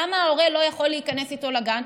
למה ההורה לא יכול להיכנס איתו לגן?